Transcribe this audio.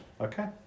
Okay